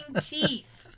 teeth